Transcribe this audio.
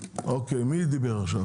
אוקיי, מי דיבר עכשיו?